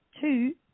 two